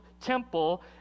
temple